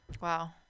wow